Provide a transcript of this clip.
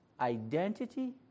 identity